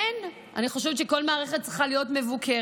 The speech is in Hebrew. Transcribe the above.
כן, אני חושבת שכל מערכת צריכה להיות מבוקרת.